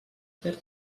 fer